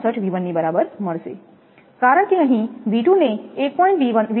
64V1 ની બરાબર મળશે કારણ કે અહીં V2 ને 1